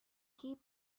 heap